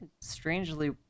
strangely